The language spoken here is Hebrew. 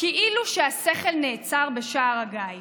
כאילו שהשכל נעצר בשער הגיא.